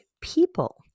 people